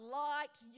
light